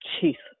Jesus